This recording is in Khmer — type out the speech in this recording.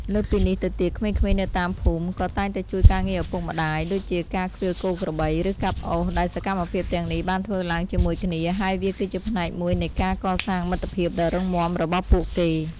លើសពីនេះទៅទៀត ក្មេងៗនៅតាមភូមិក៏តែងតែជួយការងារឪពុកម្តាយដូចជាការឃ្វាលគោក្របី ឬកាប់អុសដែលសកម្មភាពទាំងនេះបានធ្វើឡើងជាមួយគ្នា ហើយវាគឺជាផ្នែកមួយនៃការកសាងមិត្តភាពដ៏រឹងមាំរបស់ពួកគេ។